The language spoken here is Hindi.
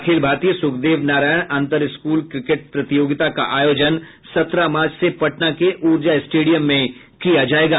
अखिल भारतीय सुखदेव नारायण अन्तर स्कूल क्रिकेट प्रतियोगिता का आयोजन सत्रह मार्च से पटना के ऊर्जा स्टेडियम में किया जायेगा